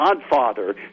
godfather